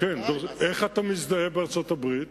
איך אתה מזדהה בארצות-הברית?